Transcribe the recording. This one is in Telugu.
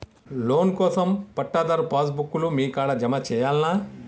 లోన్ కోసం పట్టాదారు పాస్ బుక్కు లు మీ కాడా జమ చేయల్నా?